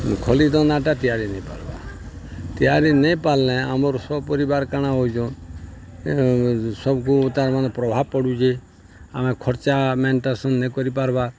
ଖଲିଦନାଟା ତିଆରି ନେଇପାର୍ବା ତିଆରି ନେଇପାର୍ଲେ ଆମର୍ ସପରିବାର୍ କାଣା ହଉଛେ ସବ୍କୁ ତାର୍ ମାନେ ପ୍ରଭାବ୍ ପଡ଼ୁଚେ ଆମେ ଖର୍ଚ୍ଚା ମେଣ୍ଟେନାନ୍ସ୍ ନେ କରିପାର୍ବା